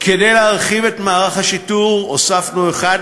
כדי להרחיב את מערך השיטור העירוני הוספנו,